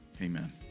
Amen